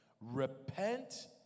Repent